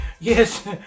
Yes